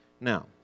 Now